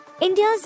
India's